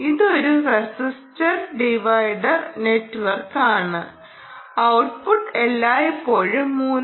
ഇതൊരു resistor divider നെറ്റ്വർക്കാണ് output എല്ലായ്പ്പോഴും 3